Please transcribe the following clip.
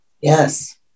yes